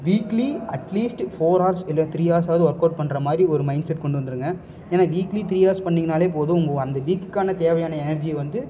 weekly at least four hours இல்லை three hours ஆகுது work out பண்ணுற மாதிரி ஒரு மைண்ட் செட் கொண்டு வந்துருங்க ஏன்னா வீக்லி த்ரீ ஹவர்ஸ் பண்ணிங்கன்னாலே போதும் உங்கள் அந்த வீக்குக்கானா தேவையான எனர்ஜி வந்து